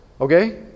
okay